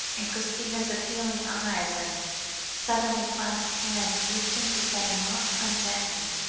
and christina's appealing eyes, and suddenly clasped hands, moved him to say, not ungently